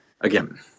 again